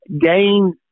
gain